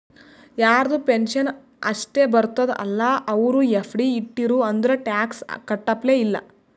ಯಾರದು ಪೆನ್ಷನ್ ಅಷ್ಟೇ ಬರ್ತುದ ಅಲ್ಲಾ ಅವ್ರು ಎಫ್.ಡಿ ಇಟ್ಟಿರು ಅಂದುರ್ ಟ್ಯಾಕ್ಸ್ ಕಟ್ಟಪ್ಲೆ ಇಲ್ಲ